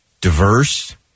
diverse